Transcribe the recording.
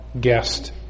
guest